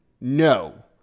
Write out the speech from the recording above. no